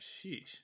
Sheesh